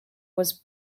was